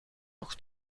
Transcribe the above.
nog